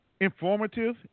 informative